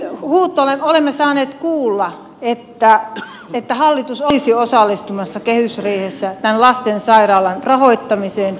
nyt olemme saaneet kuulla että hallitus olisi osallistumassa kehysriihessä tämän lastensairaalan rahoittamiseen